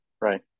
Right